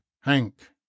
hank